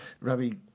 Ravi